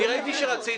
אני ראיתי שרצית.